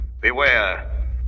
Beware